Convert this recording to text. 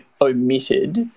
omitted